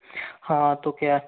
हाँ तो क्या